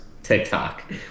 TikTok